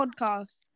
Podcast